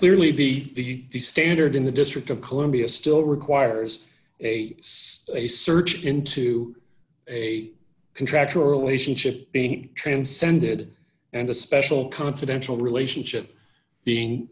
clearly the standard in the district of columbia still requires a a search into a contractual relationship being transcended and a special confidential relationship being